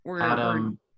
Adam